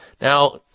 Now